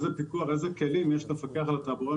איזה פיקוח ואיזה כלים יש למפקח על התעבורה?